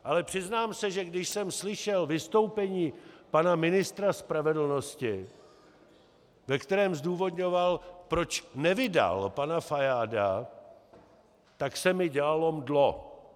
Ale přiznám se, že když jsem slyšel vystoupení pana ministra spravedlnosti, ve kterém zdůvodňoval, proč nevydal pana Fajáda, tak se mi dělalo mdlo.